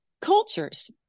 cultures